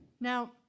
now